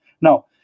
Now